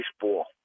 baseball